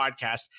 podcast